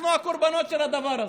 אנחנו הקורבנות של הדבר הזה.